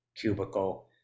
cubicle